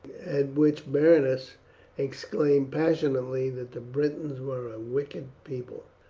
at which berenice exclaimed passionately that the britons were a wicked people.